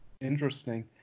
Interesting